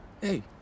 hey